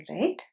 right